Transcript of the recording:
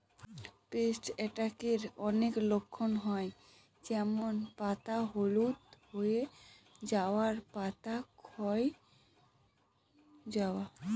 paste অ্যাটাকের অনেক লক্ষণ হয় যেমন পাতা হলুদ হয়ে যাওয়া, পাতা ক্ষয়ে যাওয়া